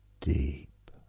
deep